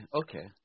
okay